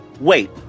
wait